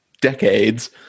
decades